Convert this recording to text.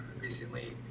recently